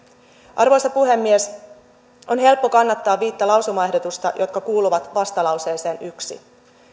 arvoisa puhemies on helppo kannattaa viittä lausumaehdotusta jotka kuuluvat vastalauseeseen yksi